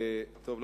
טוב,